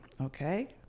Okay